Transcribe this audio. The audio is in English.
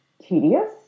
tedious